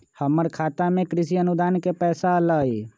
हमर खाता में कृषि अनुदान के पैसा अलई?